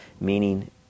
meaning